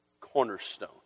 cornerstone